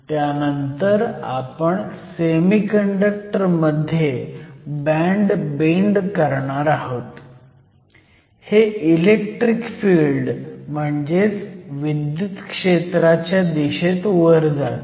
त्यानंतर आपण सेमीकंडक्टर मध्ये बँड बेंड करणार आहोत हे इलेक्ट्रिक फिल्ड म्हणजेच विद्युत क्षेत्राच्या दिशेत वर जातील